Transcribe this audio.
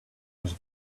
was